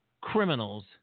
criminals